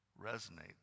resonates